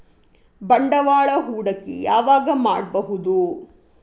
ಬಂಡವಾಳ ಹೂಡಕಿ ಯಾವಾಗ್ ಮಾಡ್ಬಹುದು?